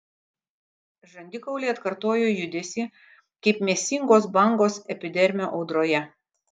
žandikauliai atkartojo judesį kaip mėsingos bangos epidermio audroje